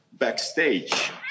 Backstage